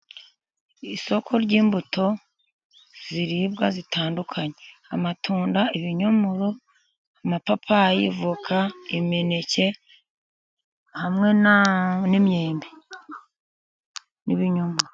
Isoko ry'imbuto ziribwa zitandukanye, amatunda, ibinyomoro, amapapayi, voka, imineke, hamwe n'imyembe, n'ibinyomoro.